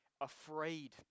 afraid